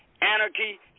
anarchy